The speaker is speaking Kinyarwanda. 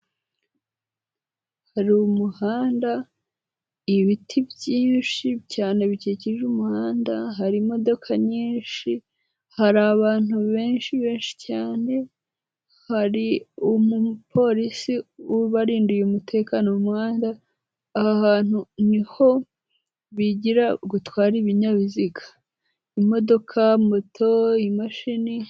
Hari umuhanda, ibiti byinshi cyane bikikije umuhanda, hari imodoka nyinshi, hari abantu benshi benshi cyane hari umupolisi ubaririndiye umutekano, mu muhanda, aha hantu ni ho bigira gutwara ibinyabiziga, imodoka, moto, imashini.